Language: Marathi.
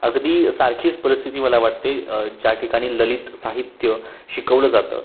अगदी सारखीच परिस्थिती मला वाटते ज्या ठिकाणी ललित साहित्य शिकवलं जातं